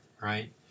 Right